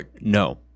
No